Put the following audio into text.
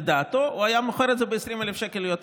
לדעתו הוא היה מוכר את זה ב-20,000 שקל יותר.